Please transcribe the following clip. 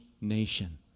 nation